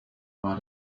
war